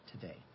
today